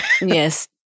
Yes